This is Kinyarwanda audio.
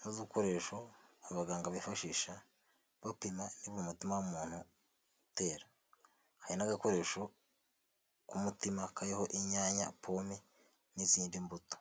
n'udukoresho abaganga bifashisha bapima, niba umutima w'umuntu utera, hari n'agakoresho k'umutima kariho inyanya, pome, n'izindi mbuto.